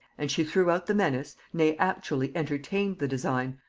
and she threw out the menace, nay actually entertained the design,